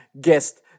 guest